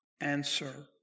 answer